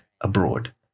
abroad